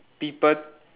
people